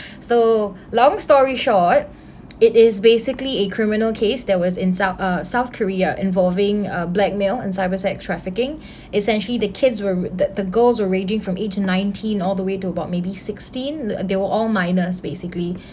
so long story short it is basically a criminal case that was in south uh south-korea involving uh blackmail and cyber sex trafficking essentially the kids were that the girls were ranging from age nineteen all the way to about maybe sixteen uh they were all minors basically